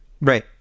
Right